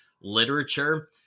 literature